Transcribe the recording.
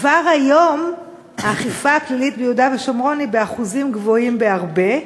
כבר היום האכיפה הפלילית ביהודה ושומרון היא באחוזים גבוהים בהרבה,